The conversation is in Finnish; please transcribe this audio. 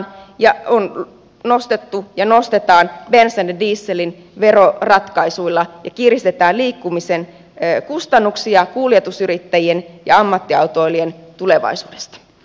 nostetaan ja kiristetään bensan ja dieselin veroratkaisuilla liikkumisen kustannuksia kuljetusyrittäjien ja ammattiautoilijoiden tulevaisuudesta